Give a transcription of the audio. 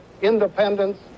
independence